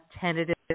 tentative